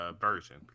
version